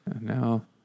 Now